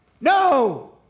no